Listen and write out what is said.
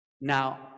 Now